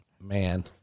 Man